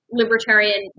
libertarian